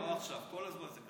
לא עכשיו, כל הזמן זה ככה.